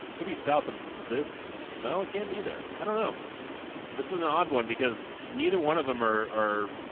maybe south of this no it can't be there i don't know this is an odd one because neither one of them are are